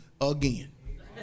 again